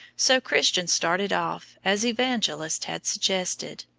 so christian started off, as evangelist had suggested,